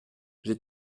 j’ai